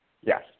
yes